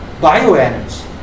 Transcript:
bioenergy